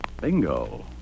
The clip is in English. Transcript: Bingo